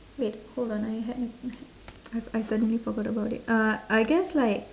wait hold on I had I I suddenly forgot about it uh I guess like